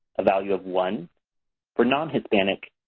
a value of one for non-hispanic,